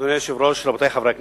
אדוני היושב-ראש, רבותי חברי הכנסת,